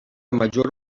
major